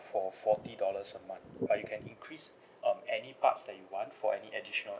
for forty dollars a month but you can increase um any parts that you want for any additional